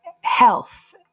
health